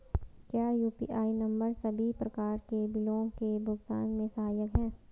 क्या UPI number सभी प्रकार के बिलों के भुगतान में सहायक हैं?